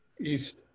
East